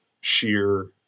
sheer